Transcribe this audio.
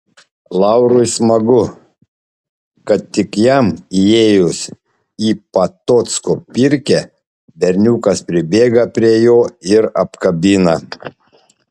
laurui smagu kad tik jam įėjus į patocko pirkią berniukas pribėga prie jo ir apkabina